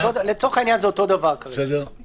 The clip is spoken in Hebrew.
לצורך העניין זה אותו דבר כרגע באכיפה.